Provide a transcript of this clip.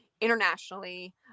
internationally